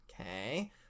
Okay